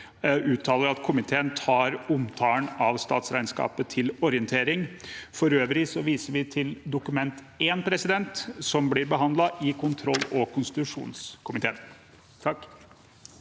skriver at den tar omtalen av statsregnskapet til orientering. For øvrig viser vi til Dokument 1, som blir behandlet i kontroll- og konstitusjonskomiteen.